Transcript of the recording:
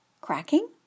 Cracking